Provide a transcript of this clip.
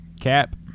Cap